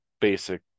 basic